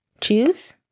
Choose